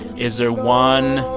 is there one